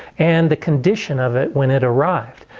and the condition of it when it arrived.